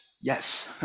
yes